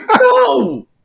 No